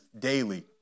daily